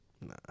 Nah